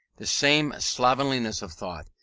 the same slovenliness of thought,